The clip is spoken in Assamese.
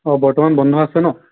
অ' বৰ্তমান বন্ধ আছে ন